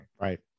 right